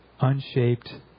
unshaped